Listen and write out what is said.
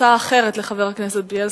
הצעה אחרת לחבר הכנסת בילסקי,